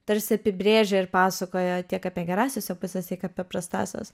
tarsi apibrėžia ir pasakoja tiek apie gerąsias jo puses tiek apie paprastąsias